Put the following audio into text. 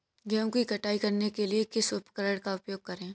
गेहूँ की कटाई करने के लिए किस उपकरण का उपयोग करें?